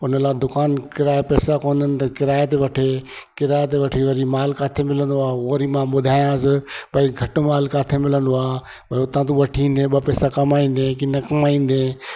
उन लाइ दुकानु किराए पैसा कोन्हनि त किराए ते वठे किराए ते वठी वरी माल किथे मिलंदो आहे वरी मां ॿुधायांसि भई घटि माल किथे मिलंदो आहे वरी हुता तू वठी ईंदे ॿ पैसा कमाईंदे के न कमाईंदे